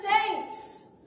saints